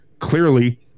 clearly